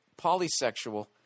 Polysexual